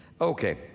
Okay